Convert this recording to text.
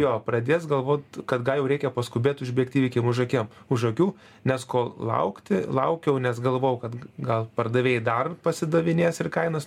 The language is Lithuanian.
jo pradės galvot kad gal jau reikia paskubėt užbėgt įvykiam už akiem už akių nes ko laukti laukiau nes galvojau kad gal pardavėjai dar pasidavinės ir kainas